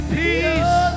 peace